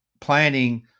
planning